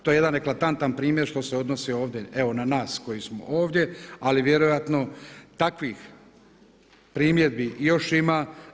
To je jedan eklatantan primjer što se odnosi ovdje evo na nas koji smo ovdje, ali vjerojatno takvih primjedbi još ima.